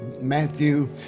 Matthew